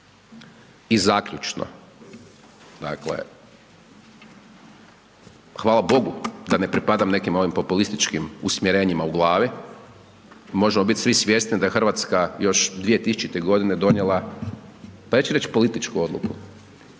I zaključno, dakle, hvala bogu da ne pripadam nekim ovim populističkim usmjerenjima u glavi, možemo biti svi svjesni da je Hrvatska još 2000. godine donijela, pa ja ću reći političku odluku,